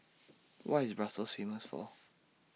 What IS Brussels Famous For